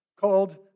called